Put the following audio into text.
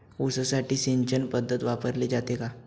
ऊसासाठी सिंचन पद्धत वापरली जाते का?